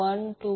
5j1